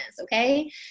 okay